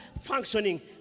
functioning